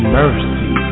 mercy